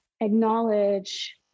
acknowledge